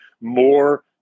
more